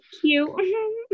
cute